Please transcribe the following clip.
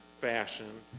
fashion